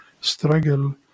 struggle